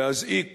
להזעיק